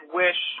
wish